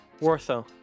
Warsaw